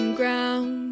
ground